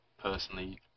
personally